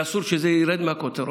ואסור שזה ירד מהכותרות.